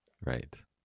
Right